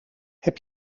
heb